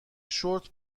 شرت